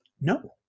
no